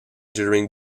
during